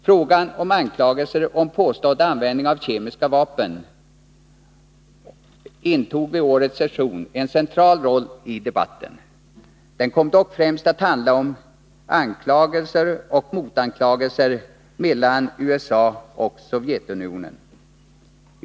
Frågan om anklagelser för påstådd användning av kemiska vapen intog vid årets session en central roll i debatten. Den kom dock främst att handla om anklagelser och motanklagelser mellan USA och Sovjetunionen.